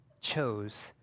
chose